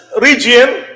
region